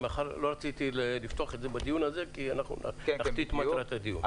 לא רציתי לפתוח את זה בדיון הזה כי אנחנו נחטיא את מטרת הדיון.